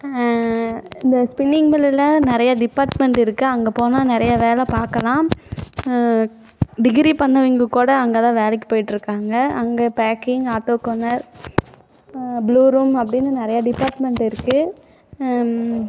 இந்த ஸ்பின்னிங் மில்லில் நிறைய டிபார்ட்மெண்ட் இருக்குது அங்கே போனால் நிறைய வேலை பார்க்கலாம் டிகிரி பண்ணவங்க கூட அங்கே தான் வேலைக்கு போயிட்டிருக்காங்க அங்கே பேக்கிங் ஆட்டோகோனர் ப்ளூரூம் அப்படின்னு நிறைய டிபார்ட்மெண்ட் இருக்குது